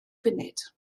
funud